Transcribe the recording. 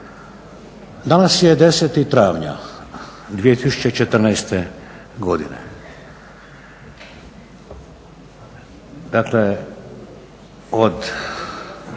Danas je 10. travnja 2014. godine, dakle od